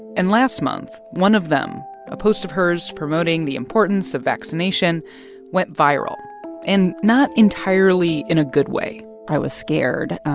and last month, one of them a post of hers promoting the importance of vaccination went viral and not entirely in a good way i was scared.